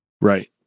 Right